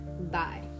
Bye